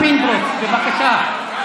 פינדרוס,